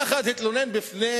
פועל אחד התלונן לפני